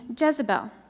Jezebel